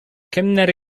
кемнәр